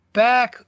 back